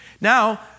Now